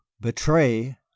Betray